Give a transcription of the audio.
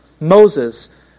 Moses